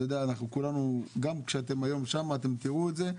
גם כשאתם היום שם אתם תראו את זה,